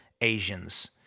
Asians